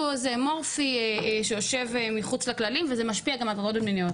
אמורפי שיושב מחוץ לכללים וזה משפיע גם על ההטרדות המיניות.